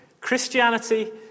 Christianity